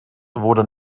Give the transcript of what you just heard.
wurde